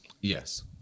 Yes